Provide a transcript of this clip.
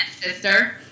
sister